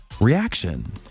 reaction